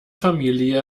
familie